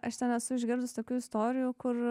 aš ten esu išgirdus tokių istorijų kur